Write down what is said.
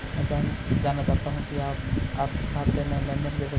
मैं जानना चाहूँगा कि आपसी खाते में लेनदेन कैसे करें?